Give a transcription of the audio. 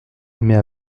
mais